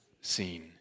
seen